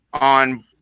on